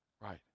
Right